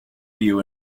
view